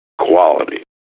quality